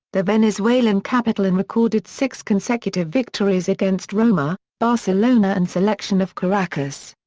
the venezuelan capital and recorded six consecutive victories against roma, barcelona and selection of caracas.